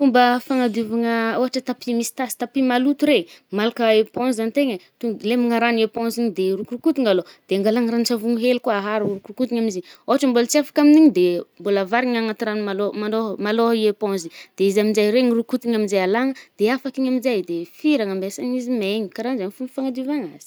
Fomba fanadiovagna, ôhatra tapis misy tasy, tapis maloto re, de malaka eponza antegna e,to de lemigna ragno i eponza igny de rokorokotigna alôha, de angàlagna ranon-tsavony hely koà aharo rokorokotigna amin’izy i, ôhatra mbôla tsy afaka amin’igny de mbola avàrigny agnaty ragno malô, malômalô i eponzy i, de izy aminje regny rokotigna amizay alàgna, de afaky igny aminje de firagna, ambesagny izy megna kanrahanjegny fô fanadiovagna azy.